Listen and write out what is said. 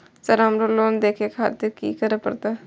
Sir हमरो loan देखें खातिर की करें परतें?